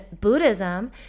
Buddhism